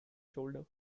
shoulder